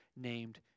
named